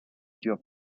dure